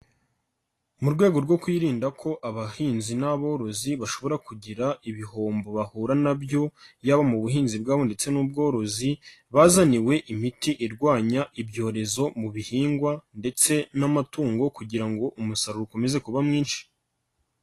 Mu rwego rwo kwirinda ko abahinzi n'aborozi bashobora kugira ibihombo bahura nabyo yaba mu buhinzi bwabo ndetse n'ubworozi, bazaniwe imiti irwanya ibyorezo mu bihingwa ndetse n'amatungo kugira ngo umusaruro ukomeze kuba mwinshi.